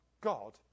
God